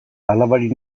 alabari